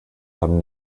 haben